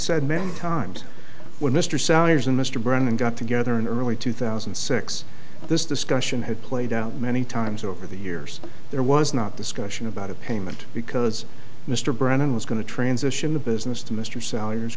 said many times when mr sellers and mr brennan got together in early two thousand and six this discussion had played out many times over the years there was not discussion about a payment because mr brennan was going to transition the business to mr sellers